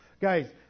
Guys